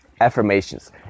affirmations